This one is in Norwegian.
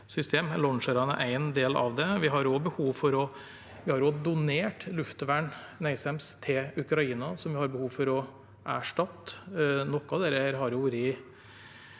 Launcherne er én del av det. Vi har også donert luftvern, NASAMS, til Ukraina, som vi har behov for å erstatte. Noe av dette har ikke